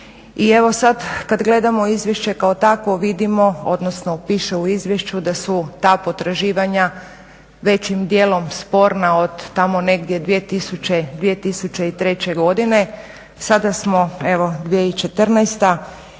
i evo sada kad gledamo izvješće kao takvo vidimo, odnosno piše u izvješću da su ta potraživanja većim dijelom sporna od tamo negdje 2003. godine, sada smo evo 2014. Ja neću